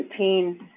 2017